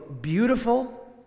beautiful